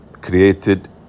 Created